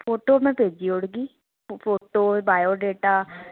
photo में भेजी औड़गी फोटो वायोडाटा